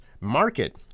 market